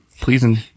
Pleasing